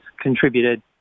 contributed